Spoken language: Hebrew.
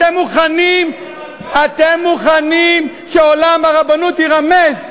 אתם מוכנים שעולם הרבנות ירמה.